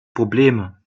probleme